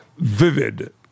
vivid